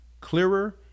clearer